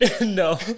No